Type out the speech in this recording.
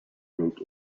wrote